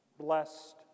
Blessed